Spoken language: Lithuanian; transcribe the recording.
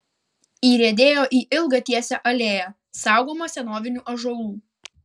įriedėjo į ilgą tiesią alėją saugomą senovinių ąžuolų